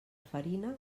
farina